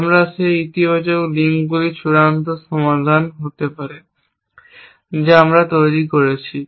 এবং সেই ইতিবাচক লিঙ্কগুলি চূড়ান্ত সমাধান হতে পারে যা আমরা তৈরি করতে যাচ্ছি